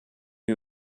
who